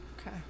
Okay